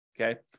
okay